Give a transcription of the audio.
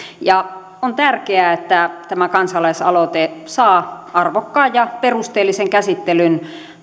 ja on tärkeää että tämä kansalaisaloite saa arvokkaan ja perusteellisen käsittelyn